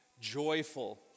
joyful